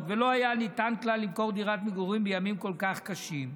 ולא היה ניתן כלל למכור דירת מגורים בימים כל כך קשים,